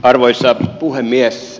arvoisa puhemies